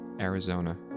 Arizona